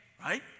right